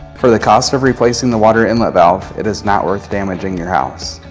for the cost of replacing the water inlet valve it is not worth damaging your house.